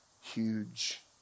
huge